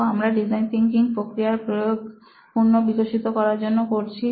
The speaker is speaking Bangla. তো আমরা ডিজাইন থিনকিং প্রক্রিয়ার প্রয়োগ পণ্য বিকশিত করার জন্য করছি